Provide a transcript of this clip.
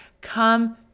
come